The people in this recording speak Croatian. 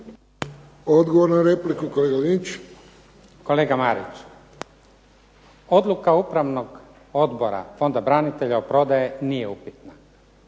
Odgovor na repliku, kolega Linić. **Linić, Slavko (SDP)** Kolega Marić, odluka upravnog odbora fonda branitelja od prodaje nije upitna,